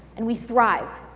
and we thrived,